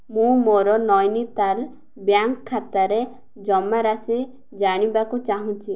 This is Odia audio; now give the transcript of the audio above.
ମୁଁ ମୋର ନୈନିତାଲ ବ୍ୟାଙ୍କ ଖାତାରେ ଜମାରାଶି ଜାଣିବାକୁ ଚାହୁଁଛି